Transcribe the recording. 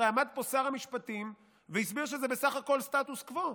הרי עמד פה שר המשפטים והסביר שזה בסך הכול סטטוס קוו.